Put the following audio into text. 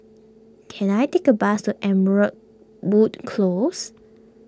can I take a bus to Amberwood Close